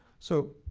so,